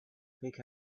pick